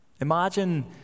Imagine